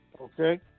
Okay